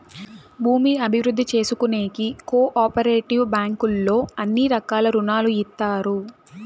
భూమి అభివృద్ధి చేసుకోనీకి కో ఆపరేటివ్ బ్యాంకుల్లో అన్ని రకాల రుణాలు ఇత్తారు